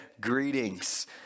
Greetings